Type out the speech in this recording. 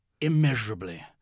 Immeasurably